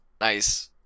Nice